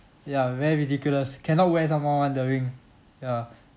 ya very ridiculous cannot wear some more [one] the ring yeah